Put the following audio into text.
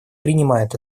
принимают